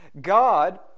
God